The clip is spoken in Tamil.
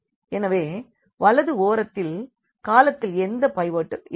எனவே வலது ஓரத்தில் காளத்தில் எந்த பைவோட்டும் இருக்காது